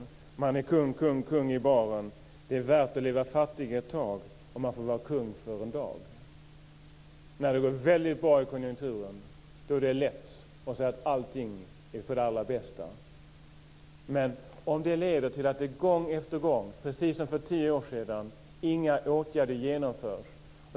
Man är kung, kung, kung i baren. Det är värt att leva fattig ett tag om man får vara kung för en dag. När det går väldigt bra i konjunkturen är det lätt att säga att allting är allra bäst. Men det är inte bra om det gång efter gång, precis som för tio år sedan, leder till att inga åtgärder genomförs.